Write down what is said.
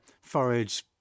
forage